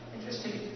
Interesting